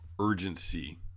urgency